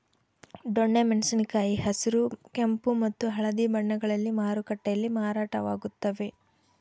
ದೊಣ್ಣೆ ಮೆಣಸಿನ ಕಾಯಿ ಹಸಿರು ಕೆಂಪು ಮತ್ತು ಹಳದಿ ಬಣ್ಣಗಳಲ್ಲಿ ಮಾರುಕಟ್ಟೆಯಲ್ಲಿ ಮಾರಾಟವಾಗುತ್ತವೆ